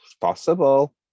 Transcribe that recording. possible